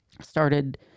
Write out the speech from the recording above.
started